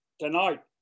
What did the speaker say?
tonight